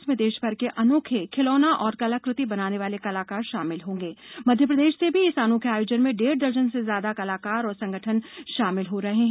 इसमें देशभर के अनोखे खिलौना और कलकृति बनाने वाले कलाकार शामिल होंगे मध्यप्रदेश से भी इस अनोखे आयोजन में कई कलाकार और संगठन शामिल हो रहे हैं